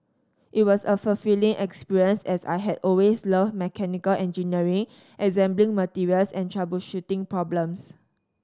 it was a fulfilling experience as I had always loved mechanical engineering assembling materials and troubleshooting problems